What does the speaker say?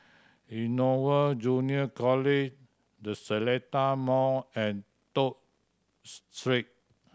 Innova Junior College The Seletar Mall and Toh Street